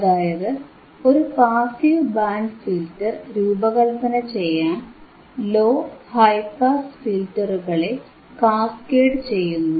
അതായത് ഒരു passive band pass filter രൂപകല്പന ചെയ്യാൻ ലോ ഹൈ പാസ് ഫിൽറ്ററുകളെ lowhigh pass filter കാസ്കേഡ് ചെയ്യുന്നു